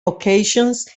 occasions